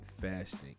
fasting